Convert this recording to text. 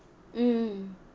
mm